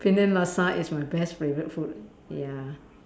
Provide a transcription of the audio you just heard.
Penang laksa is my best favorite food ya